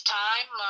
time